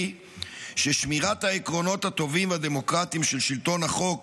של שמירת העקרונות הטובים הדמוקרטיים של שלטון החוק